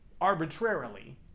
arbitrarily